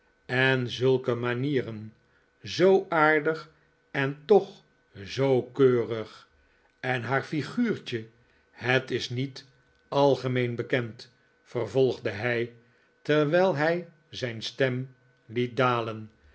en zulke manieren zoo aardig en toch zoo keurig en haar figuurtje het is niet algemeen bekend vervolgde hij terwijl hij zijn stem liet dalen